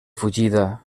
fugida